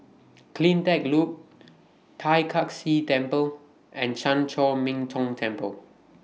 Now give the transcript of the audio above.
CleanTech Loop Tai Kak Seah Temple and Chan Chor Min Tong Temple